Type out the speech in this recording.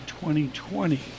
2020